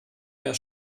mehr